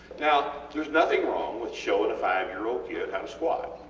now theres nothing wrong with showing a five-year-old kid how to squat.